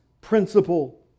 principle